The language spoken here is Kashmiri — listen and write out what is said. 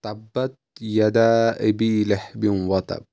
تبت یدا اَبی لہبیو وتب